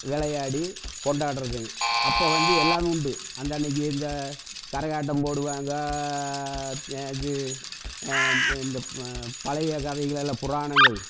விளையாடி கொண்டாடுறதுங்க அப்போ வந்து எல்லாம் உண்டு அந்தன்னைக்கு இந்த கரகாட்டம் போடுவாங்க இது இந்த பழைய கதைகளெல்லாம் புராணங்கள்